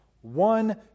one